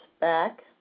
back